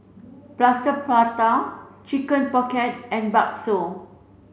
Plaster Prata chicken pocket and Bakso